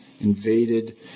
invaded